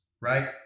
right